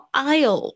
aisle